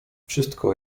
wszystko